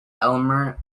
elmer